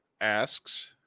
asks